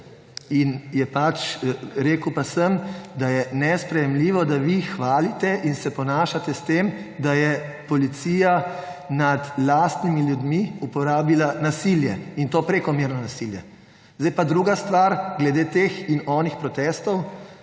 izrečeno. Rekel pa sem, da je nesprejemljivo, da vi hvalite in se ponašate s tem, da je policija nad lastnimi ljudmi uporabila nasilje, in to prekomerno nasilje. Zdaj pa druga stvar. Glede teh in onih protestov.